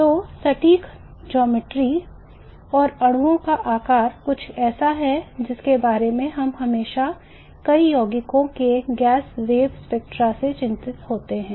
तो सटीक ज्यामिति और अणुओं का आकार कुछ ऐसा है जिसके बारे में हम हमेशा कई यौगिकों के गैस वेव स्पेक्ट्रा से चिंतित होते हैं